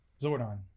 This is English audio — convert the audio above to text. Zordon